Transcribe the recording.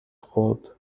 خورد